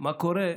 מה קורה,